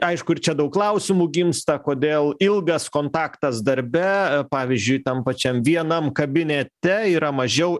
aišku ir čia daug klausimų gimsta kodėl ilgas kontaktas darbe pavyzdžiui tam pačiam vienam kabinete yra mažiau